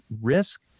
risk